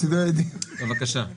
בבקשה.